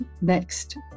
next